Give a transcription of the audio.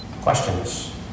questions